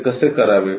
ते कसे करावे